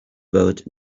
boat